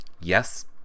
Yes